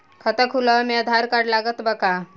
खाता खुलावे म आधार कार्ड लागत बा का?